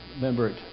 member